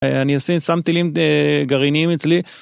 אני עושה סמטילים גרעיניים אצלי